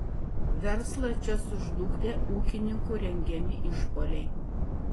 verslą čia sužlugdė ūkininkų rengiami išpuoliai